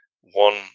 one